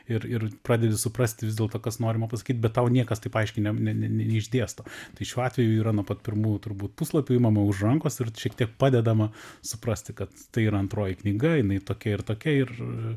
ir ir pradedi suprast vis dėlto kas norima pasakyt bet tau niekas taip aiškiai ne ne ne neišdėsto tai šiuo atveju yra nuo pat pirmų turbūt puslapių imama už rankos ir šiek tiek padedama suprasti kad tai yra antroji knyga jinai tokia ir tokia ir